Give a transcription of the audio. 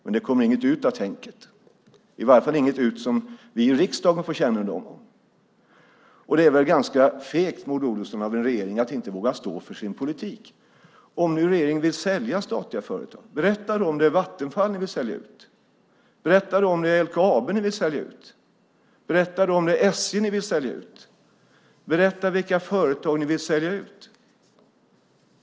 Men det kommer inget ut av tänket, i alla fall ingenting som vi i riksdagen får kännedom om. Det är väl ganska fegt, Maud Olofsson, av en regering att inte våga stå för sin politik! Om nu regeringen vill sälja statliga företag, berätta då om det är Vattenfall ni vill sälja ut eller om det är LKAB eller SJ! Berätta vilka företag ni vill sälja ut!